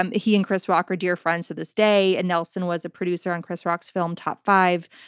um he and chris rock are dear friends to this day. and nelson was a producer on chris rock's film, top five.